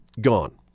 Gone